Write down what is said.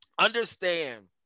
understand